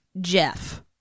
Jeff